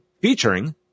featuring